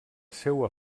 seua